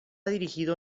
dirigido